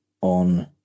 on